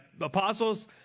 Apostles